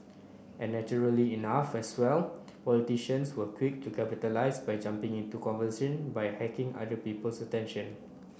and naturally enough as well politicians were quick to capitalise by jumping into conversation by hacking other people's attention